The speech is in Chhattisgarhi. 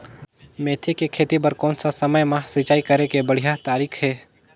मेथी के खेती बार कोन सा समय मां सिंचाई करे के बढ़िया तारीक हे?